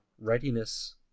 readiness